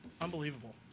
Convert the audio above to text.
unbelievable